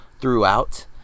throughout